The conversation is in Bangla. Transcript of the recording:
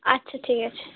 আচ্ছা ঠিক আছে